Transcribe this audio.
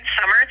summer